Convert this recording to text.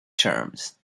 terms